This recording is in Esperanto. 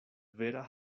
vera